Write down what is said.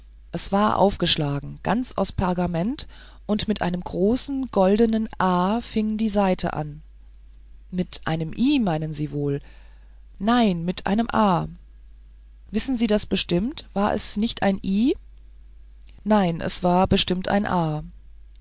es war aufgeschlagen ganz aus pergament und mit einem großen goldenen a fing die seite an mit einem i meinen sie wohl nein mit einem a wissen sie das bestimmt war es nicht ein i nein es war bestimmt ein a